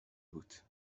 بود